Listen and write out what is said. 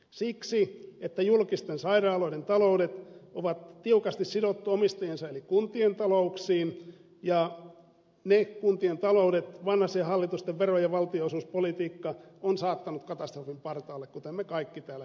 siksi että julkisten sairaaloiden taloudet on tiukasti sidottu omistajiensa eli kuntien talouksiin ja ne kuntien taloudet vanhasen hallitusten vero ja valtionosuuspolitiikka on saattanut katastrofin partaalle kuten me kaikki täällä hyvin tiedämme